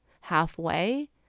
halfway